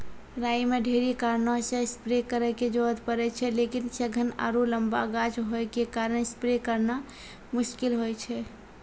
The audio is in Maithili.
राई मे ढेरी कारणों से स्प्रे करे के जरूरत पड़े छै लेकिन सघन आरु लम्बा गाछ होय के कारण स्प्रे करना मुश्किल होय छै?